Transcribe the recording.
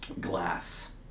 glass